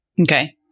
Okay